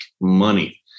money